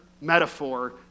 metaphor